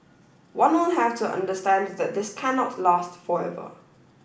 one will have to understand that this cannot last forever